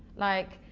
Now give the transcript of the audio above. like,